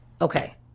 Okay